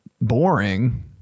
boring